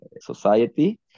society